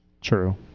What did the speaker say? True